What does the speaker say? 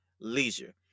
leisure